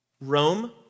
Rome